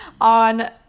on